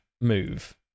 move